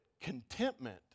contentment